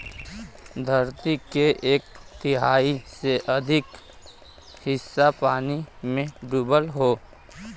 धरती के एक तिहाई से अधिक हिस्सा पानी में डूबल हौ